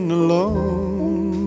alone